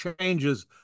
changes